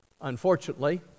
Unfortunately